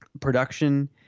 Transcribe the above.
production